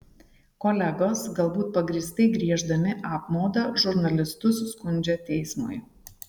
kolegos galbūt pagrįstai gieždami apmaudą žurnalistus skundžia teismui